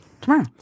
tomorrow